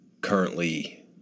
currently